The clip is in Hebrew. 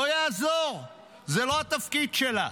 לא יעזור, זה לא התפקיד שלה,